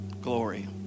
Glory